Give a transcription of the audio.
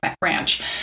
Branch